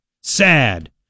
Sad